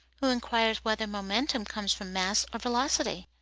who inquires whether momentum comes from mass or velocity?